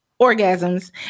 orgasms